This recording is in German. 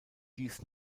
dies